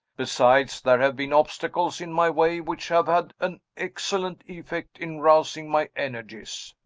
besides, there have been obstacles in my way which have had an excellent effect in rousing my energies.